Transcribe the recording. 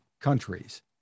countries